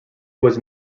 was